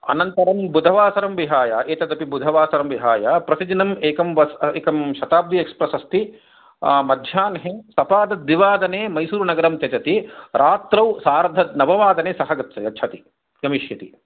अनन्तरं बुधवासरं विहाय एतत् अपि बुधवासरं विहाय प्रतिदिनम् एकं बस् एकं शताब्दी एक्स्प्रेस् अस्ति मध्याने सपादद्विवादने मैसूरनगरं त्यजति रात्रौ सार्ध नववादने स गच्छच्छति गमिष्यति